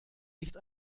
nicht